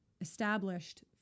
established